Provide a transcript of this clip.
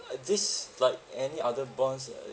uh this like any other bonds right